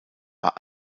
war